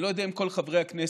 אני לא יודע אם כל חברי הכנסת